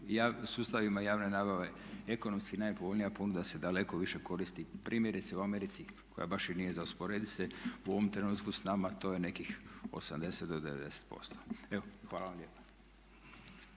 sustavima javne nabave ekonomski najpovoljnija ponuda se daleko više koristi primjerice u Americi koja baš i nije za usporedit se u ovom trenutku s nama, to je nekih 80 do 90%. Evo hvala vam lijepa.